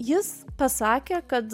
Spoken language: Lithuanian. jis pasakė kad